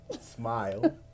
smile